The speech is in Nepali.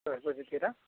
दस बजीतिर